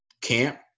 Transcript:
camp